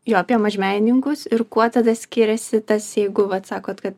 jo apie mažmenininkus ir kuo tada skiriasi tas jeigu vat sakot kad